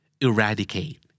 eradicate